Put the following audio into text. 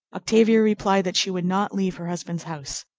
octavia replied that she would not leave her husband's house.